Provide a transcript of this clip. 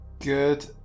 Good